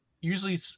usually